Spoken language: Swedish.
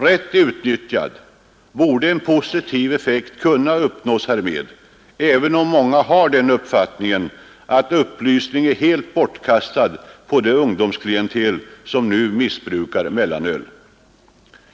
Rätt utnyttjad borde kampanjen kunna ge en positiv effekt, även om många har den uppfattningen att upplysning är helt bortkastat på det ungdomsklientel som nu missbrukar mellanöl.